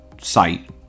site